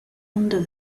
under